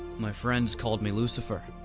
my friends called me lucifer.